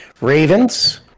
Ravens